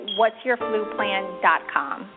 whatsyourfluplan.com